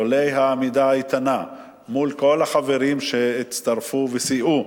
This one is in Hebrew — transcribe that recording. לולא העמידה האיתנה מול כל החברים שהצטרפו וסייעו,